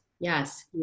Yes